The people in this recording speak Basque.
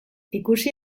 ikusi